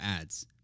Ads